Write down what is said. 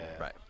Right